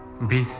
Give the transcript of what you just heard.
be